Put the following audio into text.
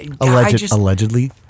Allegedly